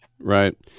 Right